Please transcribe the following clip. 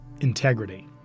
integrity